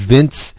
Vince